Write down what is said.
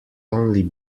only